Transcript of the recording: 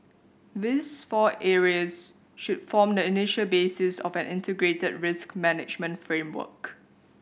these four areas should form the initial basis of an integrated risk management framework